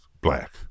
black